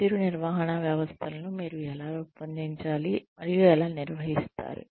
పనితీరు నిర్వహణ వ్యవస్థలను మీరు ఎలా రూపొందించాలి మరియు ఎలా నిర్వహిస్తారు